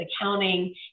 accounting